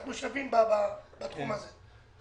אנחנו שווים בתחום הזה.